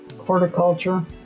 horticulture